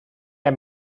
der